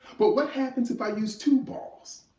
but what happens if i use two balls?